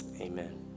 amen